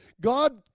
God